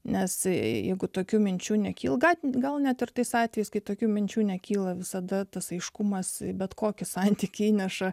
nes jeigu tokių minčių nekyla gatvėje gal net ir tais atvejais kai tokių minčių nekyla visada tas aiškumas bet kokį santykiai įneša